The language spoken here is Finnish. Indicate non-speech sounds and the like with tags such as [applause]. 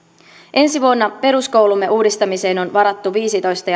ensi vuonna peruskoulumme uudistamiseen on varattu viisitoista [unintelligible]